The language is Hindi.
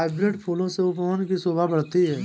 हाइब्रिड फूलों से उपवन की शोभा बढ़ती है